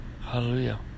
Hallelujah